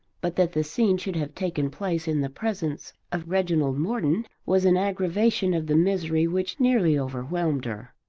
but that the scene should have taken place in the presence of reginald morton was an aggravation of the misery which nearly overwhelmed her.